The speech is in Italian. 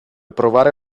provare